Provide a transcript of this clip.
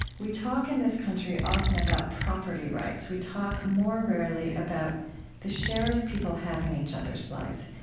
we talk in this country often about property rights. we talk more rarely about the shares people have in each other's lives,